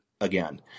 again